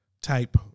type